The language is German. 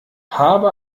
habe